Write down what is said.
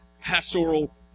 pastoral